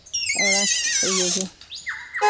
ᱚᱱᱟ ᱤᱭᱟᱹᱜᱮ